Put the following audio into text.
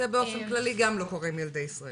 באופן כללי זה גם לא קורה בקרב ילדי ישראל.